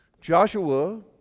Joshua